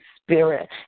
Spirit